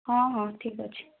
ହଁ ହଁ ଠିକ ଅଛି